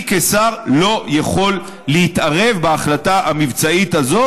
אני כשר לא יכול להתערב בהחלטה המבצעית הזאת,